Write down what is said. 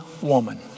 woman